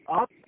up